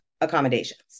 accommodations